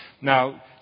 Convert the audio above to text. Now